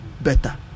better